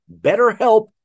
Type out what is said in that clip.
BetterHelp